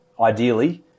ideally